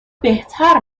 بهتر